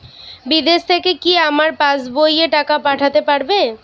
বিদেশ থেকে কি আমার পাশবইয়ে টাকা পাঠাতে পারবে?